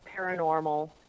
paranormal